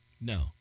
No